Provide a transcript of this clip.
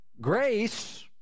grace